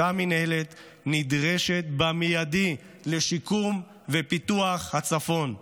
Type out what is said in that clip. אותה מינהלת נדרשת במיידי לשיקום ופיתוח הצפון.